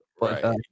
right